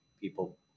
people